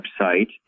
website